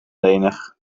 lenig